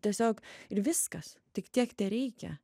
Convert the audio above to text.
tiesiog ir viskas tik tiek tereikia